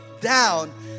down